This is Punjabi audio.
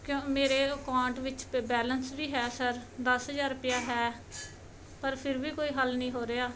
ਕਿਉਂ ਮੇਰੇ ਅਕਾਉੰਟ ਵਿੱਚ ਪੇ ਬੈਲੈਂਸ ਵੀ ਹੈ ਸਰ ਦਸ ਹਜ਼ਾਰ ਰੁਪਇਆ ਹੈ ਪਰ ਫਿਰ ਵੀ ਕੋਈ ਹੱਲ ਨਹੀਂ ਹੋ ਰਿਹਾ